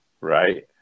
Right